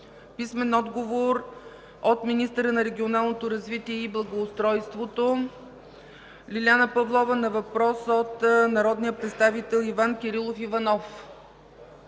Тренчев; - министъра на регионалното развитие и благоустройството Лиляна Павлова на въпрос от народния представител Иван Кирилов Иванов;